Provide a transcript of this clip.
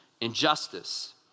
injustice